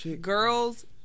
girls